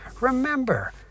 Remember